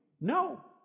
no